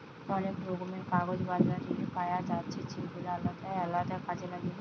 অনেক রকমের কাগজ বাজারে পায়া যাচ্ছে যেগুলা আলদা আলদা কাজে লাগে